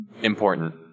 important